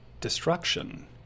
destruction